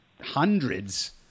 hundreds